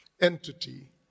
entity